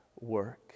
work